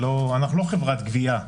אנחנו לא חברת גבייה.